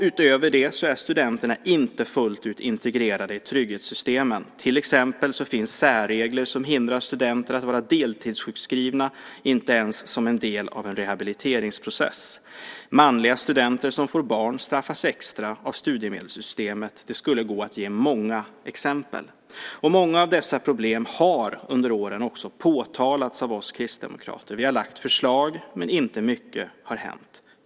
Utöver det är studenterna inte fullt ut integrerade i trygghetssystemen. Till exempel finns det särregler som hindrar studenter från att vara deltidssjukskrivna, även om det är en del av en rehabiliteringsprocess. Manliga studenter som får barn straffas extra av studiemedelssystemet. Det skulle gå att ge många exempel. Många av dessa problem har under åren påtalats av oss kristdemokrater. Vi har lagt fram förslag, men inte mycket har hänt.